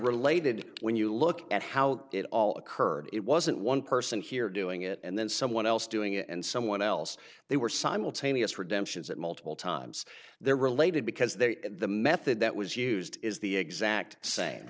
related when you look at how it all occurred it wasn't one person here doing it and then someone else doing it and someone else they were simultaneous redemptions at multiple times they're related because they the method that was used is the exact same